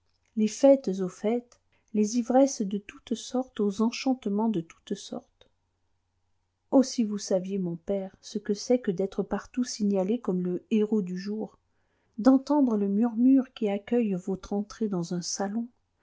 les fêtes aux fêtes les ivresses de toutes sortes aux enchantements de toutes sortes oh si vous saviez mon père ce que c'est que d'être partout signalé comme le héros du jour d'entendre le murmure qui accueille votre entrée dans un salon